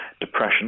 depression